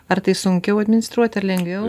ar tai sunkiau administruoti ar lengviau